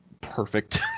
perfect